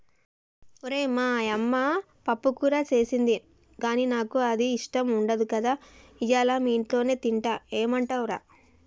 ఓరై మా యమ్మ పప్పుకూర సేసింది గానీ నాకు అది ఇష్టం ఉండదు కదా ఇయ్యల మీ ఇంట్లోనే తింటా ఏమంటవ్ రా